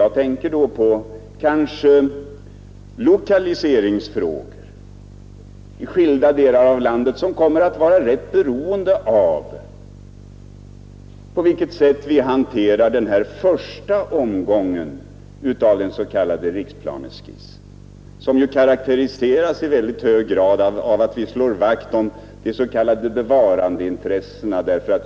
Jag tänker då t.ex. på lokaliseringsfrågor i skilda delar av landet, som kommer att vara rätt beroende av hur vi handlar i den första omgången av den s.k. riksplaneskissen. Denna karakteriseras ju i mycket hög grad av vårt vaktslående om de s.k. bevarandeintressena.